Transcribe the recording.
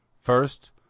First